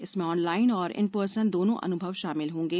इसमें ऑनलाइन और in person दोनों अनुभव शामिल होंगे